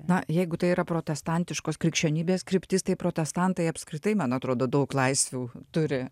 na jeigu tai yra protestantiškos krikščionybės kryptis tai protestantai apskritai man atrodo daug laisvių turi